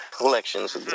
elections